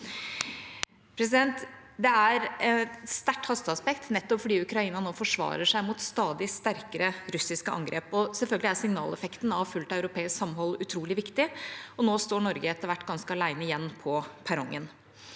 Det er et sterkt hasteaspekt, nettopp fordi Ukraina nå forsvarer seg mot stadig sterkere russiske angrep. Selvfølgelig er signaleffekten av fullt europeisk samhold utrolig viktig, og nå står Norge etter hvert ganske alene igjen på perrongen.